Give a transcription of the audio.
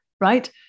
right